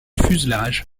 fuselage